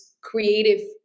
creative